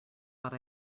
but